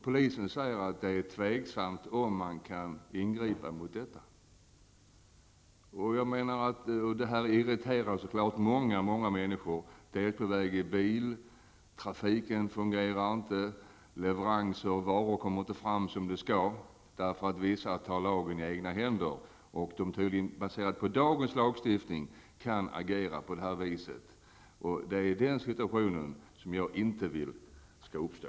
Polisen säger att det är tveksamt om det går att ingripa mot sådana demonstrationer. Dessa demonstrationer irriterar så klart många människor. Biltrafiken fungerar inte, och leveranser av varor kommer inte fram som de skall på grund av att vissa tar lagen i egna händer. Baserat på dagens lagstiftning kan man tydligen agera på det sättet. Det är en sådan situation som jag inte vill skall uppstå.